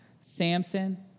Samson